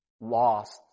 lost